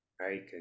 Right